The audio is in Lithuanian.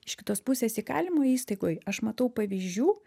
iš kitos pusės įkalinimo įstaigoj aš matau pavyzdžių